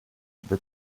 but